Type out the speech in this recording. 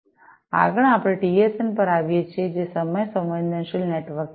આગળ આપણે ટીએસેન પર આવીએ છીએ જે સમય સંવેદનશીલ નેટવર્કિંગ છે